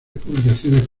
publicaciones